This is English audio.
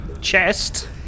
chest